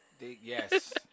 Yes